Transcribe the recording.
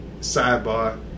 sidebar